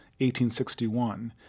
1861